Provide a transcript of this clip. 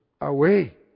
away